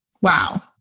Wow